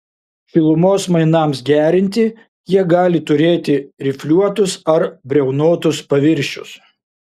šilumos mainams gerinti jie gali turėti rifliuotus ar briaunotus paviršius